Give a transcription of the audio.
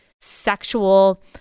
sexual